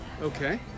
okay